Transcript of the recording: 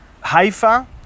Haifa